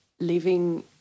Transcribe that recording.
...living